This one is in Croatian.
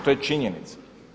To je činjenica.